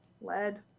Lead